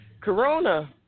Corona